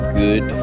good